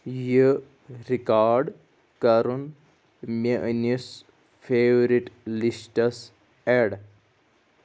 یہِ رِکارڈ کَرُن میٲنِس فیورِٹ لسٹس ایڈ